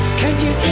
can you.